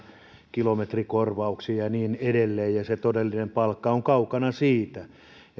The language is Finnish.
kilometrikorvauksia ja niin edelleen ja se todellinen palkka on kaukana siitä